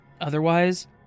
otherwise